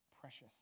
Precious